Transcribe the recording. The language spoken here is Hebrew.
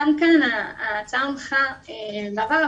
גם כאן ההצעה הונחה בעבר,